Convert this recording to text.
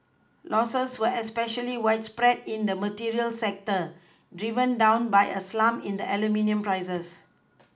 Losses were especially widespread in the materials sector driven down by a slump in the aluminium prices